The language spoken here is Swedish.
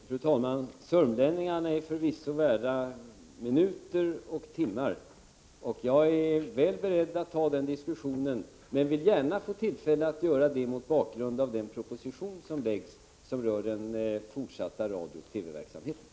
Fru talman! Sörmlänningarna är förvisso värda minuter och timmar, och jag är väl beredd att ta denna diskussion — men det vill jag gärna få tillfälle att göra mot bakgrund av den proposition som läggs fram och som rör den fortsatta radiooch TV-verksamheten.